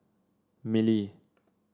mili